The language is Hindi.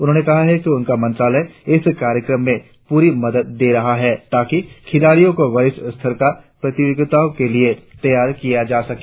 उन्होंने कहा कि उनका मंत्रालय इस कार्यक्रम में पूरी मदद दे रहा है ताकि खिलाड़ियों को वरिष्ठ स्तर की प्रतियोगिताओ के लिए तैयार किया जा सके